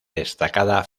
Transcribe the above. destacada